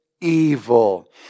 evil